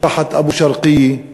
משפחת אבו שרקיה,